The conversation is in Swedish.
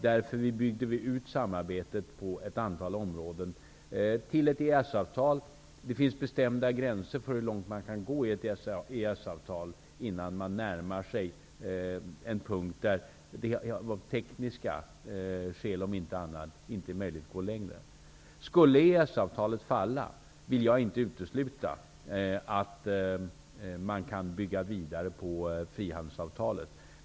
Därför byggde vi ut samarbetet på ett antal områden så att det blev ett EES-avtal. Det finns bestämda gränser för hur långt man kan gå i ett EES-avtal innan man närmar sig en punkt då det om inte annat så av tekniska skäl inte är möjligt att gå längre. Om EES-avtalet skulle falla vill jag inte utesluta att man kan bygga vidare på frihandelsavtalet.